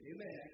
Amen